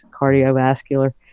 cardiovascular